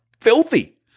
filthy